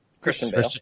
Christian